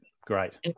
Great